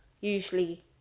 usually